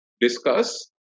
discuss